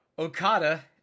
Okada